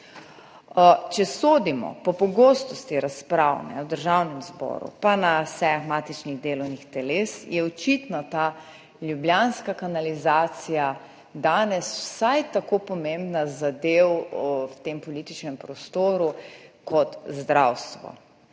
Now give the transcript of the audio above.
Če sodimo po pogostosti razprav v Državnem zboru in na sejah matičnih delovnih teles, je očitno ta ljubljanska kanalizacija danes vsaj tako pomembna zadeva v tem političnem prostoru kot zdravstvo.